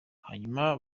hanyuma